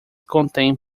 contém